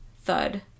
Thud